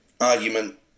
argument